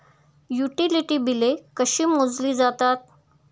Utility बिले कशी मोजली जातात?